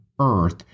earth